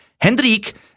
Hendrik